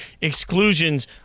Exclusions